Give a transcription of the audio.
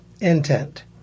Intent